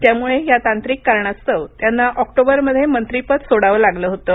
त्यामुळे या तांत्रिक कारणास्तव त्यांना ऑक्टोबरमध्ये मंत्रीपद सोडावं लागलं होतं